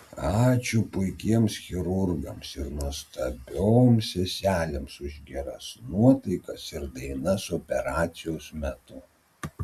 ačiū puikiems chirurgams ir nuostabioms seselėms už geras nuotaikas ir dainas operacijos metu